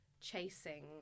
chasing